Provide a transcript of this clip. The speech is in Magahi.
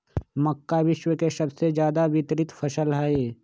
मक्का विश्व के सबसे ज्यादा वितरित फसल हई